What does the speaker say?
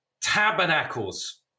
tabernacles